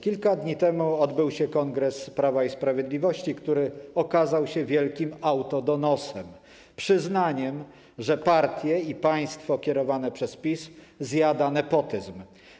Kilka dni temu odbył się kongres Prawa i Sprawiedliwości, który okazał się wielkim autodonosem, przyznaniem, że partie i państwo kierowane przez PiS zjada nepotyzm.